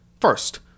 First